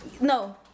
No